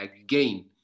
again